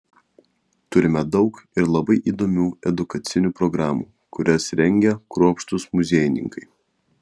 turime daug ir labai įdomių edukacinių programų kurias rengia kruopštūs muziejininkai